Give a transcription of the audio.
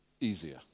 easier